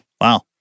Wow